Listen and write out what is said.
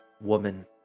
woman